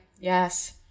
Yes